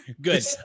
Good